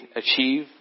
achieve